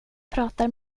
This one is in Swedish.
pratar